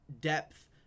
depth